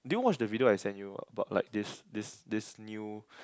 did you watch the video I sent you about like this this this new